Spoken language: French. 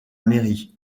mairie